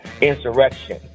insurrection